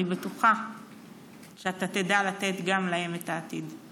אני בטוחה שאתה תדע לתת גם להם את העתיד.